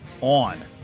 on